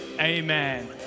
Amen